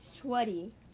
sweaty